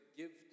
give